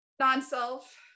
non-self